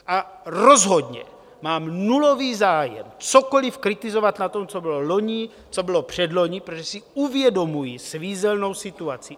A rozhodně mám nulový zájem cokoliv kritizovat na tom, co bylo loni, co bylo předloni, protože si uvědomuji svízelnou situaci.